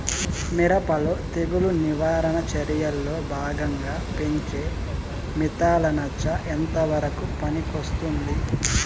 మిరప లో తెగులు నివారణ చర్యల్లో భాగంగా పెంచే మిథలానచ ఎంతవరకు పనికొస్తుంది?